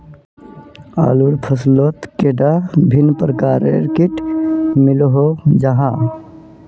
आलूर फसलोत कैडा भिन्न प्रकारेर किट मिलोहो जाहा?